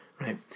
Right